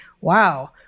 wow